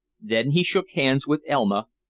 then he shook hands with elma,